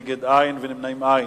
נגד, אין, ונמנעים, אין.